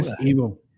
evil